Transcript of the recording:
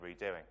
redoing